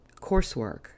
coursework